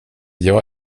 jag